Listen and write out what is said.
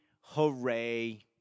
Hooray